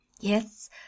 Yes